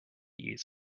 easy